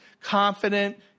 confident